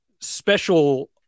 special